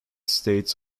states